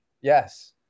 Yes